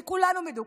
כי כולנו מדוכאים,